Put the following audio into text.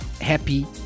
Happy